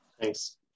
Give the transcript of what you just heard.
Thanks